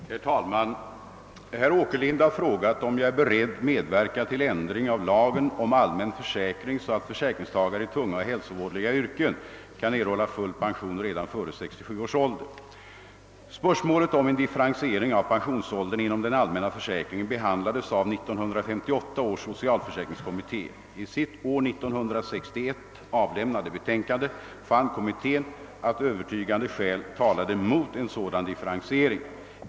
Herr talman! Herr Åkerlind har frågat, om jag är beredd medverka till ändring av lagen om allmän försäkring så att försäkringstagare i tunga och hälsovådliga yrken kan erhålla full pension redan före 67 års ålder. avlämnade betänkande fann kommittén att övertygande skäl talade mot en sådan differentiering.